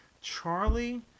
Charlie